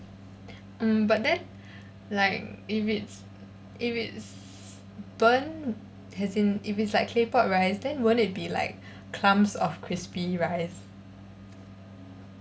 mm but then like if it's if it's burnt as in if it's like claypot rice then won't it be like clumps of crispy rice